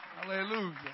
hallelujah